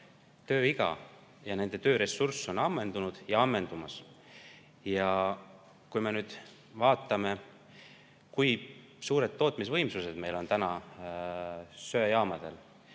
tööiga ja nende tööressurss on ammendunud või ammendumas. Kui me nüüd vaatame, kui suured tootmisvõimsused meil söejaamadel